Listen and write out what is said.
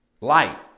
Light